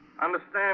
understand